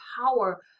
power